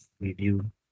review